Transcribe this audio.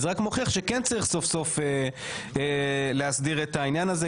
זה רק מוכיח שכן צריך סוף סוף להסדיר את העניין הזה,